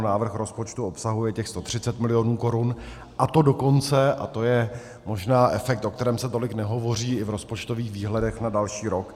Návrh rozpočtu obsahuje těch 130 milionů korun, a to dokonce a to je možná efekt, o kterém se tolik nehovoří i v rozpočtových výhledech na další rok.